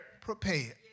prepared